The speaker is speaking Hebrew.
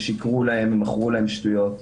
ששיקרו להם ומכרו להם שטויות.